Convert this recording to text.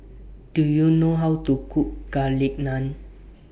Do YOU know How to Cook Garlic Naan